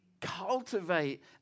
cultivate